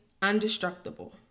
undestructible